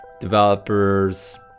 developers